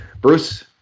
Bruce